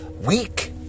weak